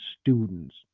students